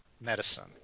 medicine